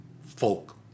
folk